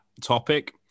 topic